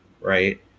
right